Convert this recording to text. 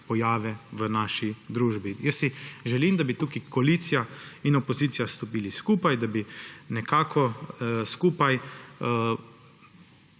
pojave v naši družbi. Jaz si želim, da bi tukaj koalicija in opozicija stopili skupaj, da bi nekako skupaj